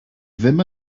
ddim